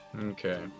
Okay